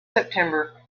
september